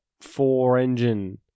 four-engine